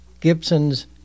Gibsons